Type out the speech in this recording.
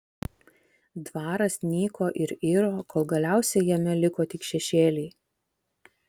dvaras nyko ir iro kol galiausiai jame liko tik šešėliai